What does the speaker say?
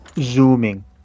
zooming